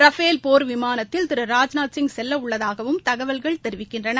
Rafale போர் விமானத்தில் திரு ராஜ்நாத் சிங் செல்லவுள்ளதாகவும் தகவல்கள் தெரிவிக்கின்றன